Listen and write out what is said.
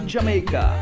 Jamaica